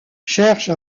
cherche